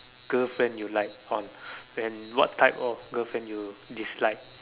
girlfriend you like on and what type of girlfriend you dislike